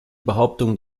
behauptung